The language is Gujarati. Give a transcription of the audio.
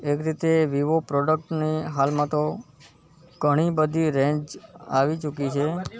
એક રીતે વિવો પ્રોડ્કટની હાલમાં તો ઘણી બધી રેંજ આવી ચૂકી છે